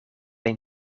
een